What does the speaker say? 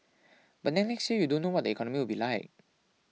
but then next year you don't know what the economy will be like